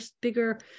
bigger